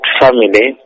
family